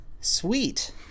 Sweet